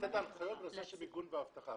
לתת הנחיות בנושא של מיגון ואבטחה.